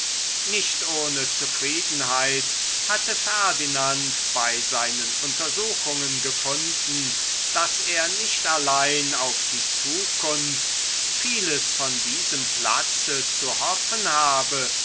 nicht ohne zufriedenheit hatte ferdinand bei seinen untersuchungen gefunden daß er nicht allein auf die zukunft vieles von diesem platze zu hoffen habe